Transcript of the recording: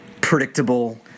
predictable